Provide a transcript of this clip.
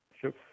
Sure